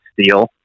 steel